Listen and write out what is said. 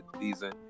season